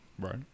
Right